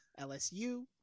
LSU